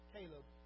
Caleb